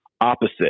opposite